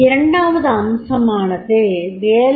இரண்டாவது அம்சமானது வேலை